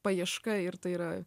paieška ir tai yra